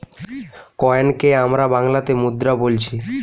কয়েনকে আমরা বাংলাতে মুদ্রা বোলছি